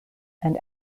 and